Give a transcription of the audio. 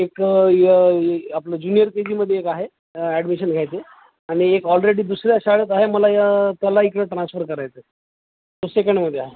एक आहे आपला ज्युनिअर के जी मध्ये एक आहे ॲडमिशन घ्यायचे आणि एक ऑलरेडी दुसऱ्या शाळेत आहे मला या त्याला इकडं ट्रान्सफर करायचं तो सेकंड मध्ये आहे